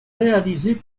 réalisées